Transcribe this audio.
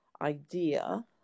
idea